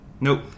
Nope